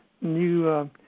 new